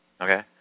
Okay